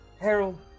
Harold